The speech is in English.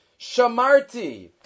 Shamarti